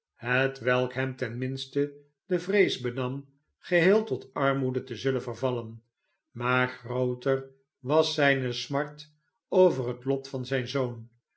hetwelk hem ten minste de vrees benam geheel tot armoede te zullen vervallen maargrooter was zh'ne smart over het lot van zijn zoon